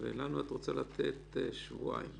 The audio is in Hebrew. ולנו את רוצה לתת שבועיים?